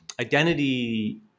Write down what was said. identity